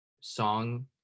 song